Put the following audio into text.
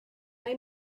mae